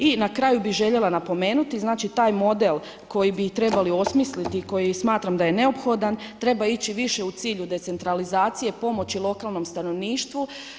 I na kraju bi željela napomenuti, znači taj model, koji bi trebali osmisliti i koji smatram da je neophodan, treba ići više u cilju decentralizacije, pomoći lokalnom stanovništvu.